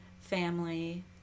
family